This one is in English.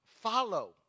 follow